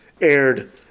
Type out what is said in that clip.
aired